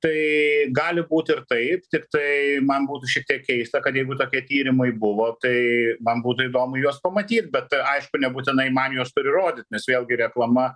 tai gali būt ir taip tiktai man būtų šiek tiek keista kad jeigu tokie tyrimai buvo tai man būtų įdomu juos pamatyti bet aišku nebūtinai man juos turi rodyt nes vėlgi reklama